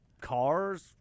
cars